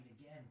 again